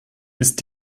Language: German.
ist